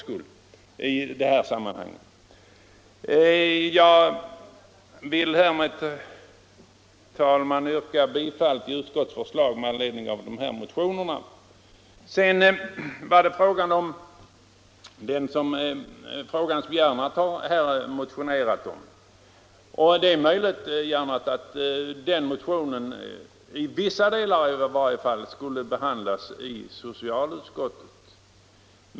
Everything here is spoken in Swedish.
Jag vill med detta, herr talman, yrka bifall till utskottets förslag i fråga om motionerna 124 och 824. I Så några ord om den fråga där herr Gernandt motionerat. Det är möjligt, herr Gernandt, att motionen 1363 åtminstone i vissa delar skulle ha behandlats i socialutskottet.